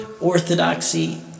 orthodoxy